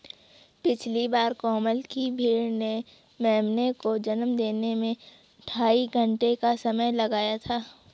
पिछली बार कोमल की भेड़ ने मेमने को जन्म देने में ढाई घंटे का समय लगाया था